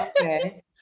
Okay